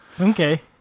Okay